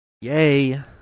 Yay